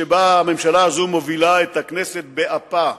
שבה הממשלה הזאת מובילה את הכנסת באפה,